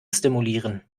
stimulieren